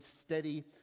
steady